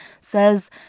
says